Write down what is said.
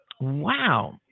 Wow